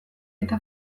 eta